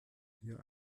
hier